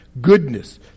goodness